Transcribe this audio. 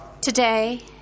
today